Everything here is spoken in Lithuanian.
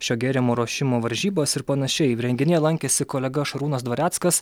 šio gėrimo ruošimo varžybas ir panašiai renginyje lankėsi kolega šarūnas dvareckas